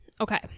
Okay